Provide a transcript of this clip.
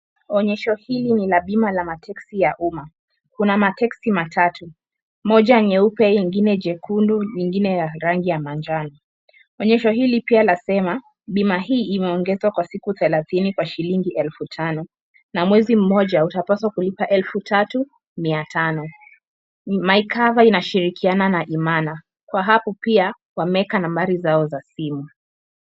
Onyesho hili ni la bima la mateksi ya umma. Kuna mateksi matatu. Moja nyeupe, ingine jekundu, nyingine ya rangi ya manjano. Onyesho hili pia lasema, bima hii imeongezwa kwa siku thelathini kwa shilingi elfu tano. Na mwezi mmoja utapaswa kulipa elfu tatu mia tano. My Cover inashirikiana na Imana. Kwa hapo pia, wameeka nambari zao za simu.